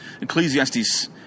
Ecclesiastes